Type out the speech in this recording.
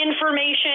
information